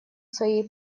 своей